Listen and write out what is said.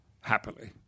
happily